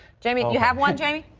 jamie you have one j.